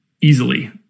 easily